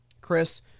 Chris